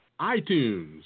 iTunes